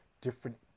different